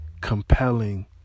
compelling